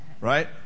Right